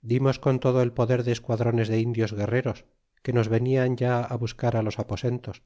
dimos con todo el poder de esquadrones de indios guerreros que nos venian ya á buscar los aposentos